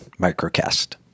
Microcast